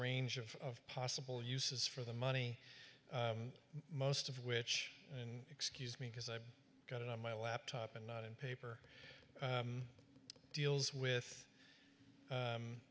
range of possible uses for the money most of which in excuse me because i've got it on my laptop and not in paper deals with